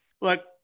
Look